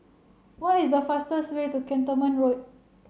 what is the fastest way to Cantonment Road